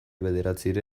bederatzi